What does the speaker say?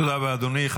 תודה רבה, אדוני.